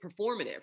performative